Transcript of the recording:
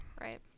Right